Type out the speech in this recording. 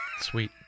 Sweet